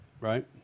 Right